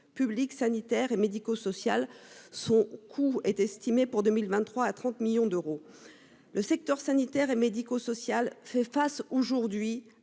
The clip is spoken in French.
publiques sanitaires et médico-sociales. Son coût est estimé, pour l'année 2023, à 30 millions d'euros. Le secteur sanitaire et médico-social fait face à une